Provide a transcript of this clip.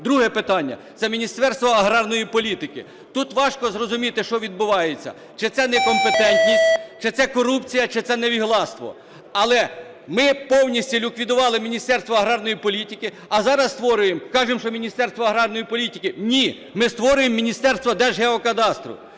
Друге питання – це Міністерство аграрної політики. Тут важко зрозуміти, що відбувається? Чи це не компетентність, чи це корупція, чи невігластво? Але ми повністю ліквідувало Міністерство аграрної політики, а зараз створюємо, кажемо, що Міністерство аграрної політики – ні, ми створюємо Міністерство Держгеокадастру.